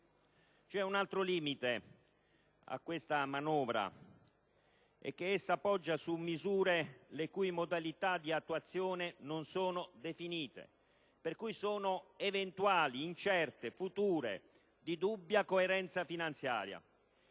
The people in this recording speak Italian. C'è un altro limite in questa manovra, ed è il fatto che essa poggia su misure le cui modalità di attuazione non sono definite, per cui sono eventuali, incerte, future e di dubbia coerenza finanziaria.